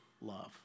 love